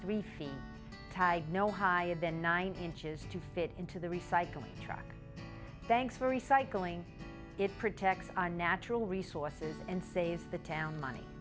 three feet no higher than nine inches to fit into the recycling truck thanks for recycling it protects natural resources and saves the town money